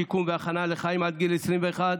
שיקום והכנה לחיים עד גיל 21,